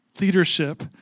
leadership